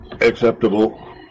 acceptable